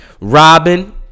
Robin